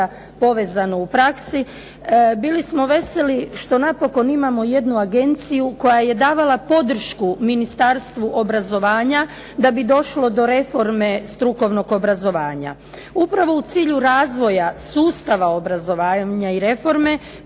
povezano u praksi bili smo veseli što napokon imamo jednu agenciju koja je davala podršku Ministarstvu obrazovanja da bi došlo do reforme strukovnog obrazovanja. Upravo u cilju razvoja sustava obrazovanja i reforme